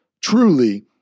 Truly